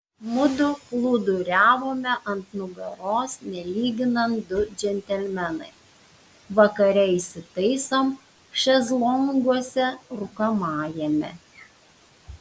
mudu plūduriavome ant nugaros nelyginant du džentelmenai vakare įsitaisom šezlonguose rūkomajame